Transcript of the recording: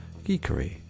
geekery